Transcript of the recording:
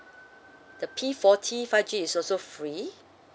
the P forty five G is also free